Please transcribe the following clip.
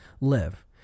live